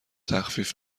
تخفیف